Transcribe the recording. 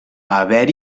haver